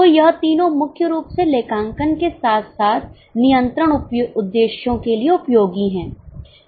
तो यह तीनों मुख्य रूप से लेखांकन के साथ साथ नियंत्रण उद्देश्यों के लिए उपयोगी है